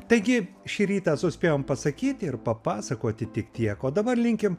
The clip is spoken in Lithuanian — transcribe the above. taigi šį rytą suspėjom pasakyt ir papasakoti tik tiek o dabar linkim